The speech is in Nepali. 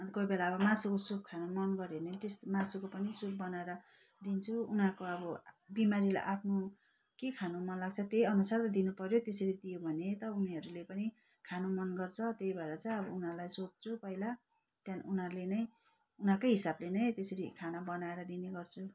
अन्त कोही बेला मासुको सुप खानु मन गऱ्यो भने पनि त्यस मासुको पनि सुप बनाएर दिन्छु उनीहरूको अब बिमारीलाई आफ्नो के खानु मन लाग्छ त्यही अनुसार त दिनु पऱ्यो त्यसरी दियो भने त उनीहरूले पनि खानु मन गर्छ त्यही भएर चाहिँ अब उनीहरूलाई सोध्छु पहिला त्यहाँदेखि उनीहरूले नै उनीहरूकै हिसाबले नै त्यसरी खाना बनाएर दिने गर्छु